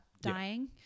dying